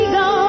go